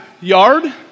yard